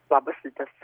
labas rytas